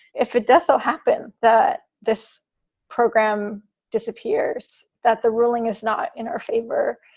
if it does so happen that this program disappears, that the ruling is not in our favor.